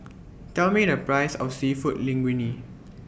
Tell Me The Price of Seafood Linguine